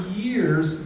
years